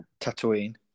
Tatooine